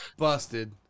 Busted